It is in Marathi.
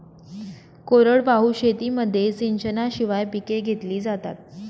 कोरडवाहू शेतीमध्ये सिंचनाशिवाय पिके घेतली जातात